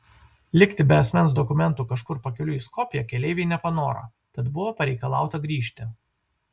likti be asmens dokumentų kažkur pakeliui į skopję keleiviai nepanoro tad buvo pareikalauta grįžti